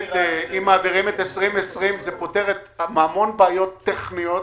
מעבירים את תקציב 2020 זה פותר המון בעיות טכניות.